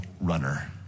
runner